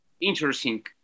interesting